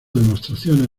demostraciones